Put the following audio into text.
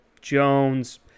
Jones